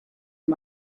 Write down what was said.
and